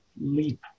leap